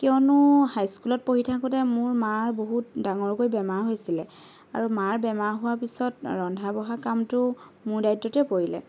কিয়নো হাই স্কুলত পঢ়ি থাকোঁতে মোৰ মাৰ বহুত ডাঙৰকৈ বেমাৰ হৈছিলে আৰু মাৰ বেমাৰ হোৱাৰ পিছত ৰন্ধা বঢ়া কামটো মোৰ দায়িত্বতেই পৰিলে